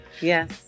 Yes